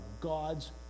God's